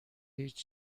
هیچ